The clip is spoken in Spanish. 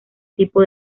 tipo